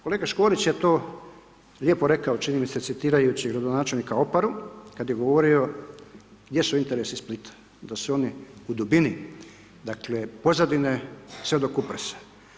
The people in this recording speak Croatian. Kolega Škorić je to lijepo rekao, čini mi se citirajući gradonačelnika Oparu, kada je govorio gdje su interesi Splita, da su oni u dubini, pozadine, sve do Kupresa.